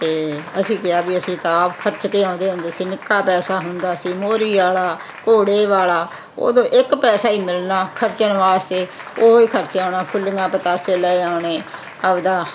ਅਤੇ ਅਸੀਂ ਕਿਹਾ ਵੀ ਅਸੀਂ ਤਾਂ ਖਰਚ ਕੇ ਆਉਂਦੇ ਹੁੰਦੇ ਸੀ ਨਿੱਕਾ ਪੈਸਾ ਹੁੰਦਾ ਸੀ ਮੋਰੀ ਵਾਲਾ ਘੋੜੇ ਵਾਲਾ ਉਦੋਂ ਇੱਕ ਪੈਸਾ ਹੀ ਮਿਲਣਾ ਖਰਚਣ ਵਾਸਤੇ ਉਹ ਹੀ ਖਰਚ ਆਉਣਾ ਫੁੱਲੀਆਂ ਪਤਾਸੇ ਲੈ ਆਉਣੇ ਆਪਣਾ